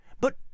But